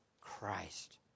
Christ